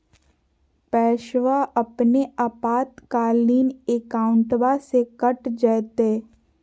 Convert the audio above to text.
पैस्वा अपने आपातकालीन अकाउंटबा से कट जयते?